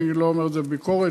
אני לא אומר את זה בביקורת,